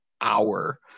hour